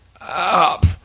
up